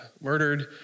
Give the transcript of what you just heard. murdered